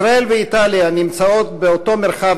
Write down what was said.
ישראל ואיטליה נמצאות באותו מרחב